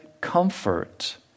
comfort